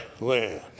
land